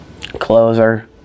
closer